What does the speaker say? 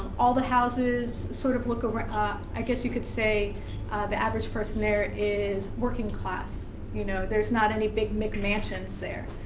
all the houses sort of look around, ah i guess you could say the average person there is working class. you know there's not any big mcmansions there.